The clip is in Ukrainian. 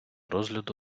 розгляду